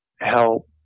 help